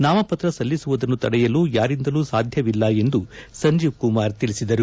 ನಾಮಪತ್ರ ಸಲ್ಲಿಸುವುದನ್ನು ತಡೆಯಲು ಯಾರಿಂದಲೂ ಸಾಧ್ಯವಿಲ್ಲ ಎಂದು ಸಂಜೀವ್ಕುಮಾರ್ ತಿಳಿಸಿದರು